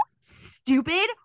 stupid